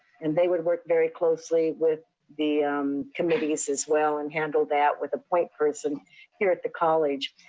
and they would work very closely with the committees as well, and handle that with a point person here at the college.